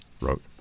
Wrote